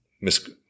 Miss